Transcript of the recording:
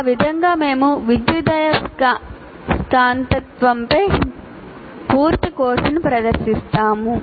ఆ విధంగా మేము విద్యుదయస్కాంతత్వంపై పూర్తి కోర్సును ప్రదర్శిస్తాము